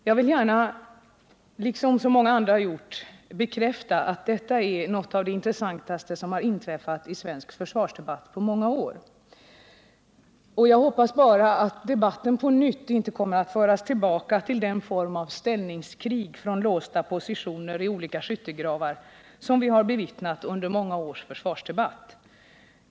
Jag vill, liksom så många andra gjort, bekräfta, att detta är något av det intressantaste som har inträffat i svensk försvarsdebatt på många år. Jag hoppas nu bara att debatten inte kommer att föras tillbaka till den form av ställningskrig från låsta positioner i olika skyttegravar som vi har bevittnat under många års försvarsdebatt.